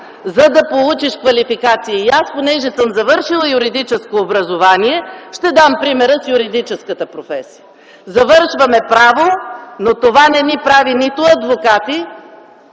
за да получиш квалификация. Аз, понеже съм завършила юридическо образование, ще дам пример с юридическата професия. Завършваме право, но това не ни прави нито адвокати,